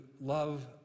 love